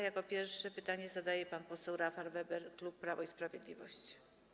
Jako pierwszy pytanie zadaje pan poseł Rafał Weber, klub Prawo i Sprawiedliwość.